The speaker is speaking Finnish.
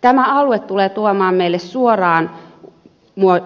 tämä alue tulee tuomaan meille suoraan